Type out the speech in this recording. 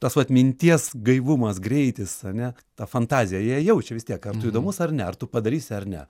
tas vat minties gaivumas greitis ane ta fantazija jie jaučia vis tiek ar tu įdomus ar ne ar tu padarysi ar ne